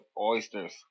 oysters